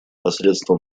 посредством